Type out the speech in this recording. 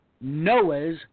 Noah's